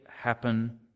happen